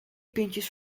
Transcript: pintjes